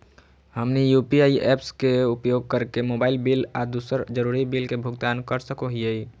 हमनी UPI apps के उपयोग करके मोबाइल बिल आ दूसर जरुरी बिल के भुगतान कर सको हीयई